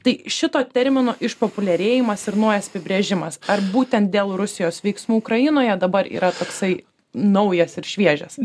tai šito termino išpopuliarėjimas ir naujas apibrėžimas ar būtent dėl rusijos veiksmų ukrainoje dabar yra toksai naujas ir šviežias